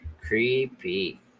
Creepy